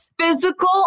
physical